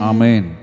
Amen